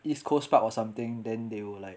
east coast park or something then they will like